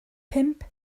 pump